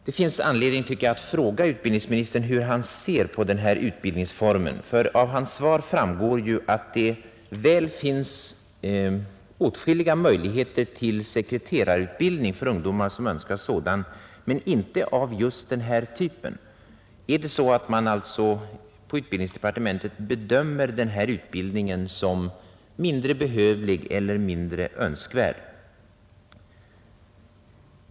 Det finns anledning att fråga utbildningsministern hur han ser på denna utbildningsform. Av hans svar framgår att det väl finns åtskilliga möjligheter till sekreterarutbildning för ungdomar som önskar sådan men inte av just denna typ. Är det så att man på utbildningsdepartementet bedömer denna utbildning som mindre behövlig eller mindre önskvärd?